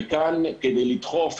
וכאן כדי לדחוף,